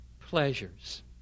pleasures